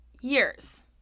years